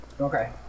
Okay